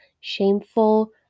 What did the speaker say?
shameful